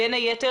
בין היתר,